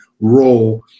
role